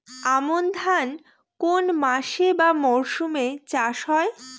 আমন ধান কোন মাসে বা মরশুমে চাষ হয়?